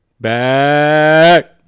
Back